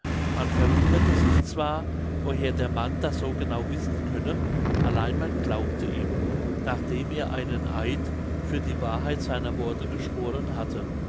man verwunderte sich zwar woher der mann das so genau wissen könne allein man glaubte ihm nachdem er einen eid für die wahrheit seiner worte geschworen hatte